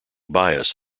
bias